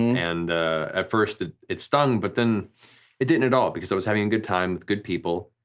and at first it stung, but then it didn't at all because i was having a good time with good people,